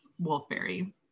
wolfberry